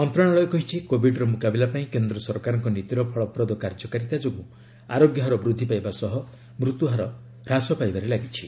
ମନ୍ତ୍ରଣାଳୟ କହିଛି କୋବିଡ୍ର ମୁକାବିଲା ପାଇଁ କେନ୍ଦ୍ର ସରକାରଙ୍କ ନୀତିର ଫଳପ୍ରଦ କାର୍ଯ୍ୟକାରିତା ଯୋଗୁଁ ଆରୋଗ୍ୟହାର ବୃଦ୍ଧି ପାଇବା ସହ ମୃତ୍ୟୁହାର ହ୍ରାସ ପାଇବାରେ ଲାଗିଛି